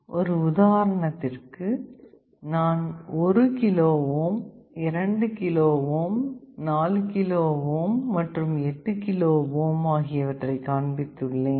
ஒரு உதாரணத்திற்கு நான் 1 kilo ohm 2 kilo ohm 4 kilo ohm மற்றும் 8 kilo ohm ஆகியவற்றை காண்பித்து உள்ளேன்